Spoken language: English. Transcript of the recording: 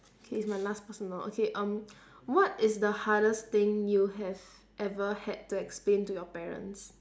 K it's my last personal okay um what is the hardest thing you have ever had to explain to your parents